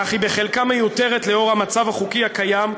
אך היא בחלקה מיותרת לאור המצב החוקי הקיים,